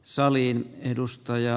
arvoisa puhemies